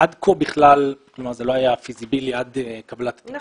עד כה זה לא היה פיזיבילי, עד קבלת תיקון החוק.